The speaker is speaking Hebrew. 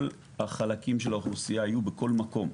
החלקים של האוכלוסייה יהיו בכל מקום.